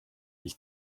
ich